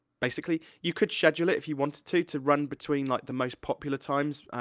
basically, you could schedule it, if you wanted to, to run between, like, the most popular times.